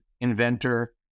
inventor